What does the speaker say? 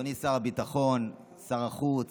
אדוני שר הביטחון, שר החוץ